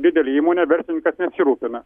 didelė įmonė verslininkas nesirūpina